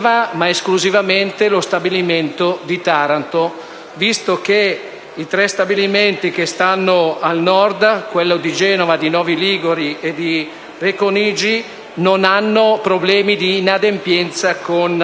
ma esclusivamente lo stabilimento di Taranto, visto che i tre stabilimenti allocati al Nord, quelli di Genova, Novi Ligure e Racconigi, non hanno problemi di inadempienza con